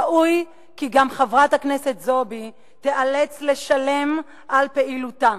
ראוי כי גם חברת הכנסת זועבי תיאלץ לשלם על פעילותה,